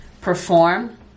perform